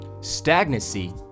Stagnancy